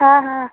हाँ हाँ